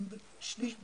שליש בערך,